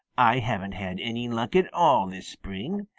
i haven't had any luck at all this spring.